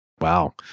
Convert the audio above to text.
Wow